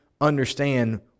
understand